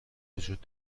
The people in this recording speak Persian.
وجود